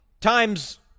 times